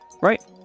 right